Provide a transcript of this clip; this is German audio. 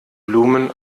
blumen